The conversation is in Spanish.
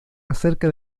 acerca